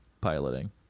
piloting